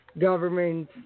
government